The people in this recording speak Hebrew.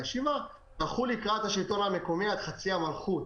אנחנו יודעים שהלכו לקראת השלטון המקומי עד חצי המלכות